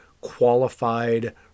qualified